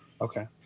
Okay